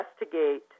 investigate